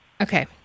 okay